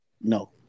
No